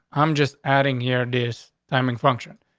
i'm just adding here this timing function,